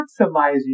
maximizing